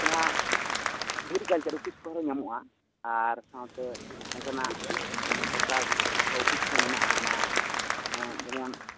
ᱡᱟᱦᱟ agriculture office ᱠᱚᱨᱮ ᱧᱟᱢᱚᱜᱼᱟ ᱟᱨ ᱥᱟᱶᱛᱮ ᱚᱱᱠᱟᱱᱟᱜ ᱥᱚᱨᱠᱟᱨ ᱳᱯᱷᱤᱥ ᱢᱮᱱᱟᱜᱼᱟ ᱚᱱᱟ ᱡᱮᱢᱚᱱ